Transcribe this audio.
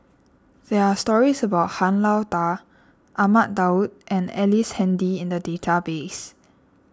there are stories about Han Lao Da Ahmad Daud and Ellice Handy in the database